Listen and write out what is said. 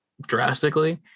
drastically